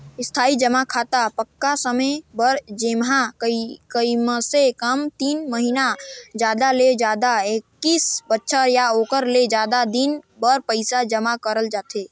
इस्थाई जमा खाता पक्का समय बर जेम्हा कमसे कम तीन महिना जादा ले जादा एक्कीस बछर या ओखर ले जादा दिन बर पइसा जमा करल जाथे